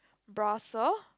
Brussels